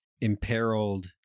imperiled